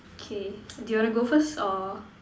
K do you want to go first or